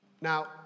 Now